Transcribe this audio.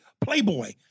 playboy